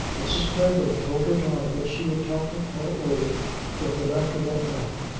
mrs. clavering told her daughter that she would talk it all over with the rector that night,